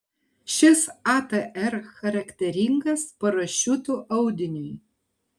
šis atr charakteringas parašiutų audiniui